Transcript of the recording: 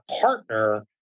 partner